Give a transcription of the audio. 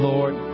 Lord